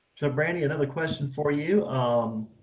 so, brandi. another question for you, um,